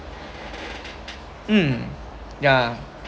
mm yeah